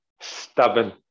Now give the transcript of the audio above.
stubborn